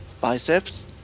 biceps